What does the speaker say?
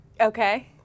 Okay